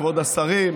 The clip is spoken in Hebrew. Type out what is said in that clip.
כבוד השרים,